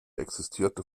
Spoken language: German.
existierte